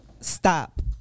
Stop